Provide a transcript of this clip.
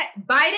Biden